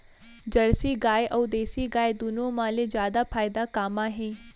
Jersey गाय अऊ देसी गाय दूनो मा ले जादा फायदा का मा हे?